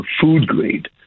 food-grade